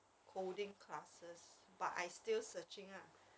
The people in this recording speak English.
coding classes but I still searching ah